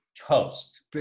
toast